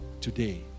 today